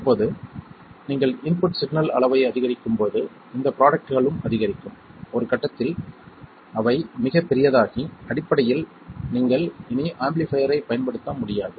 இப்போது நீங்கள் input signal அளவை அதிகரிக்கும் போது இந்த ப்ரோடக்ட்களும் அதிகரிக்கும் ஒரு கட்டத்தில் அவை மிகப் பெரியதாகி அடிப்படையில் நீங்கள் இனி ஆம்பிளிஃபைர்யைப் பயன்படுத்த முடியாது